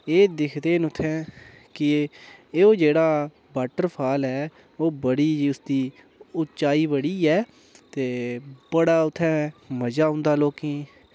एह् दिखदे न उत्थें कि एह् ओह् जेह्ड़ा वॉटरफॉल ऐ ओह् बड़ी उसदी उच्चाई बड़ी ऐ बड़ा उत्थें मजा औंदा लोकें